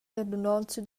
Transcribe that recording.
radunonza